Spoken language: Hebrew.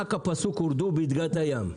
נמחק הפסוק "ורדו בדגת הים".